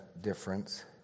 difference